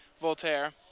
Voltaire